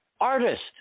artist